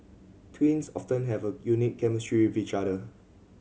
twins often have a unique chemistry with each other